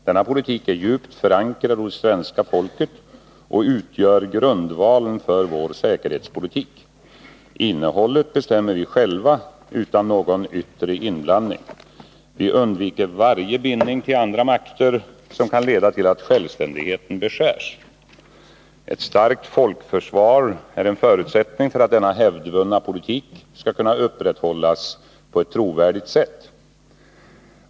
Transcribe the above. Denna politik är djupt förankrad hos det svenska folket och utgör grundvalen för vår säkerhetspolitik. Innehållet bestämmer vi själva utan någon yttre inblandning. Vi undviker varje bindning till andra makter, som kan leda till att självständigheten beskärs. Ett starkt folkförsvar är en förutsättning för att denna hävdvunna politik skall kunna upprätthållas på ett trovärdigt sätt.